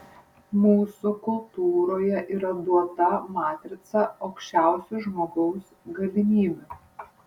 mūsų kultūroje yra duota matrica aukščiausių žmogaus galimybių